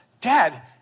Dad